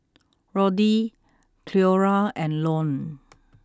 Roddy Cleora and Lone